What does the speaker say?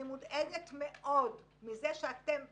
אני רוצה להגיד ככוכבית, כפתיחה